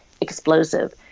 explosive